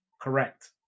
Correct